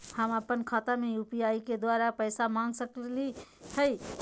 हम अपन खाता में यू.पी.आई के द्वारा पैसा मांग सकई हई?